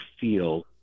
feel –